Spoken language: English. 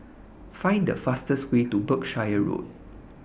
Find The fastest Way to Berkshire Road